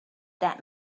that